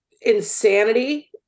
insanity